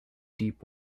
deep